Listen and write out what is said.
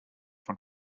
von